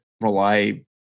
rely